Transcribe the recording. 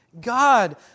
God